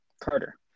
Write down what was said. carter